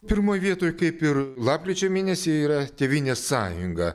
pirmoj vietoj kaip ir lapkričio mėnesį yra tėvynės sąjunga